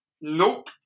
Nope